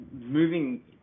moving